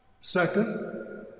Second